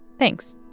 thanks